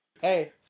Hey